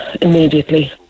immediately